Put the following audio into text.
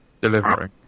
delivering